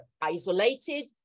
isolated